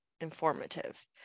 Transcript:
informative